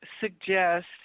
suggest